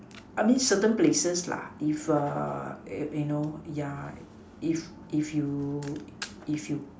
I mean certain places lah if a eh you know yeah if if you if you